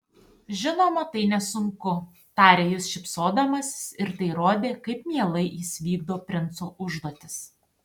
žinoma tai nesunku tarė jis šypsodamasis ir tai rodė kaip mielai jis vykdo princo užduotis